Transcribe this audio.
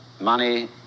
Money